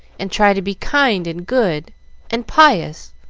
and try to be kind and good and pious.